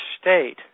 state